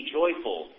joyful